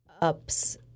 ups